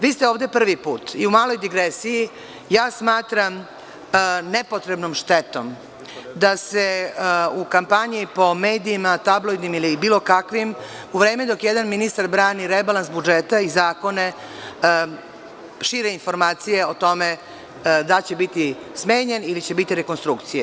Vi ste ovde privi put, i u maloj digresiji ja smatram nepotrebnom štetom da se u kampanji po medijima tabloidnim ili bilo kakvim u vreme dok jedan ministar brani rebalans budžeta i zakone, šire informacije o tome da će biti smenjen ili će biti rekonstrukcije.